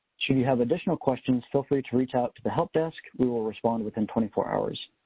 should you have additional questions, feel free to reach out to the help desk. we will respond within twenty four hours.